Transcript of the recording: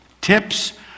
Tips